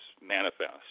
manifest